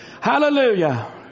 Hallelujah